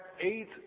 eight